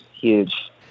huge